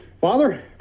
Father